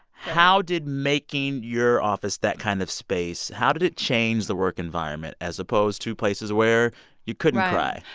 how did making your office that kind of space how did it change the work environment, as opposed to places where you couldn't cry?